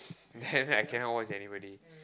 then I cannot watch anybody